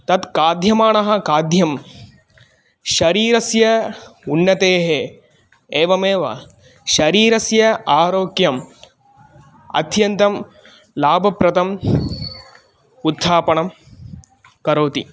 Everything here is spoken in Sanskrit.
तत् खाद्यमाणः खाद्यं शरीरस्य उन्नतेः एवमेव शरीरस्य आरोग्यम् अत्यन्तं लाभप्रतम् उत्थापणं करोति